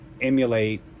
emulate